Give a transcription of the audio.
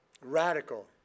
Radical